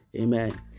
Amen